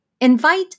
Invite